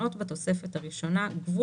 ביקשנו את תקציב בקובץ אקסל.